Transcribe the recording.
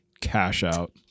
cash-out